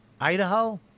Idaho